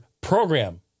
program